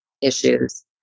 issues